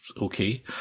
okay